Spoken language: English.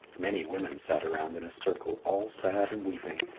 many women sat around in a circle, all sad and weeping,